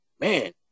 man